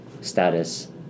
status